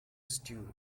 stew